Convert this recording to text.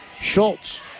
Schultz